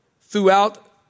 throughout